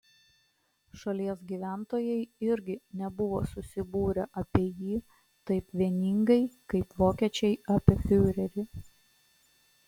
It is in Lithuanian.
šalies gyventojai irgi nebuvo susibūrę apie jį taip vieningai kaip vokiečiai apie fiurerį